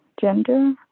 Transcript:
gender